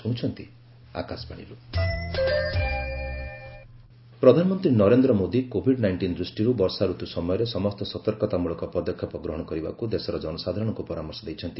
PM advisory ପ୍ରଧାନମନ୍ତ୍ରୀ Narendra Modi COVID nineteen ଦୃଷ୍ଟିରୁ ବର୍ଷା ଋତୁ ସମୟରେ ସମସ୍ତ ସତର୍କତା ମୂଳକ ପଦକ୍ଷେପ ଗ୍ରହଣ କରିବାକୁ ଦେଶର ଜନସାଧାରଣଙ୍କୁ ପରାମର୍ଶ ଦେଇଛନ୍ତି